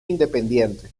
independiente